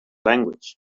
language